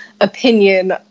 opinion